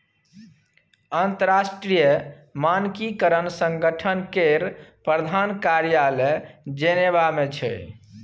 अंतरराष्ट्रीय मानकीकरण संगठन केर प्रधान कार्यालय जेनेवा मे छै